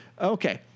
Okay